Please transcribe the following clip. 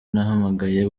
nahamagaye